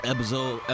Episode